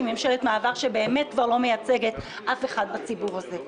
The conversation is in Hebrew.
שבאמת כבר לא מייצגת אף אחד בציבור הזה.